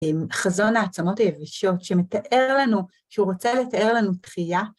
עם חזון העצמות היבשות שמתאר לנו, שהוא רוצה לתאר לנו דחייה.